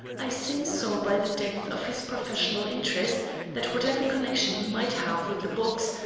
i soon saw by the depth of his professional interest that whatever connection he might have with the box,